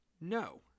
No